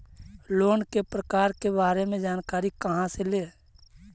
Loan के प्रकार के बारे मे जानकारी कहा से ले?